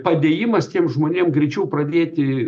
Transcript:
padėjimas tiem žmonėm greičiau pradėti